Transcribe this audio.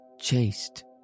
chased